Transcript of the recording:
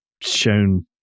shown